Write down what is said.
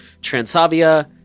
Transavia